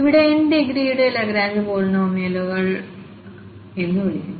ഇവയെ nഡിഗ്രിയുടെ ലാഗ്രാഞ്ച്പോളിനോമിയലുകൾ എന്ന് വിളിക്കുന്നു